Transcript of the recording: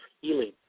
healing